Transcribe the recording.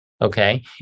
Okay